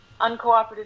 uncooperative